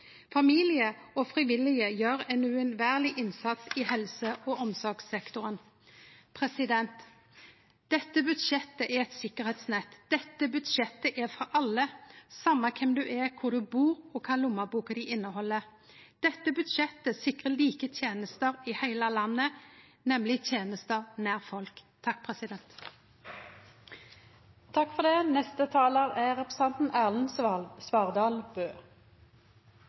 innsats i helse- og omsorgssektoren. Dette budsjettet er eit sikkerheitsnett. Dette budsjettet er for alle, same kven ein er, kvar ein bur, og kva lommeboka inneheld. Dette budsjettet sikrar like tenester i heile landet, nemleg tenester nær folk.